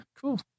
Cool